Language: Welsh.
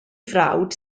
frawd